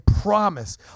promise